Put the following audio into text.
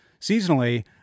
seasonally